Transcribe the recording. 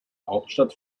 hauptstadt